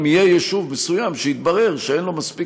אם יהיה יישוב מסוים שיתברר שאין לו מספיק